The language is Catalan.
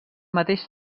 mateix